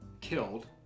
killed